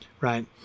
right